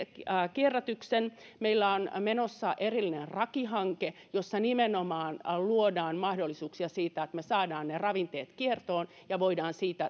kierrätyksen meillä on menossa erillinen raki hanke jossa nimenomaan luodaan mahdollisuuksia sille että me saamme ne ravinteet kiertoon ja voidaan